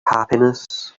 happiness